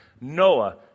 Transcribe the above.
Noah